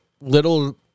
little